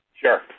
Sure